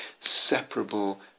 separable